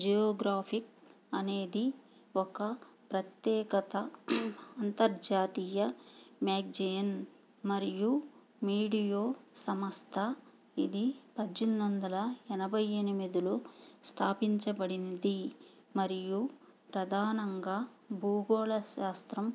Geographic అనేది ఒక ప్రత్యేకత అంతర్జాతీయ మ్యాగజీన్ మరియు మీడియా సంస్థ ఇది పద్దెనిమిదొందల ఎనభై ఎనిమిదిలో స్థాపించబడినది మరియు ప్రధానంగా భూగోళ శాస్త్రం